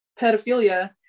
pedophilia